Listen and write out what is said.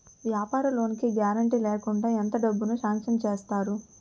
వ్యాపార లోన్ కి గారంటే లేకుండా ఎంత డబ్బులు సాంక్షన్ చేస్తారు?